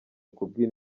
kubwira